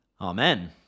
Amen